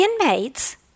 inmates